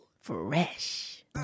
Fresh